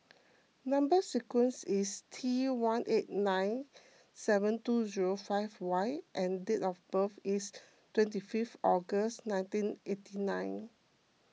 Number Sequence is T one eight nine seven two zero five Y and date of birth is twenty fifth August nineteen eighty nine